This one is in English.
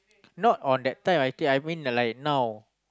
not on that type I think I mean the like now